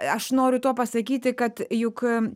aš noriu tuo pasakyti kad juk